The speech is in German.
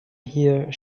hier